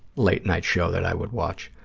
late-night show that i would watch.